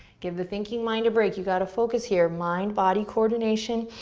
give the thinking mind a break. you gotta focus here, mind-body coordination.